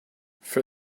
for